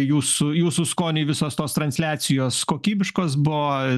jūsų jūsų skoniui visos tos transliacijos kokybiškos buvo